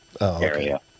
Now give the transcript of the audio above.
area